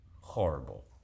Horrible